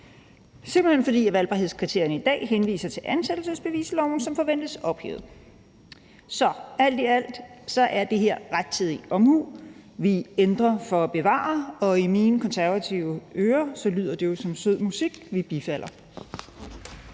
simpelt hen, fordi valgbarhedskriterierne i dag henviser til ansættelsesbevisloven, som forventes ophævet. Så alt i alt er det her rettidig omhu. Vi ændrer for at bevare, og i mine konservative ører lyder det jo som sød musik. Vi bifalder